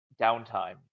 downtime